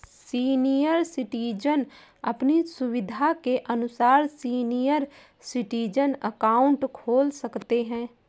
senior citizen अपनी सुविधा के अनुसार सीनियर सिटीजन अकाउंट खोल सकते है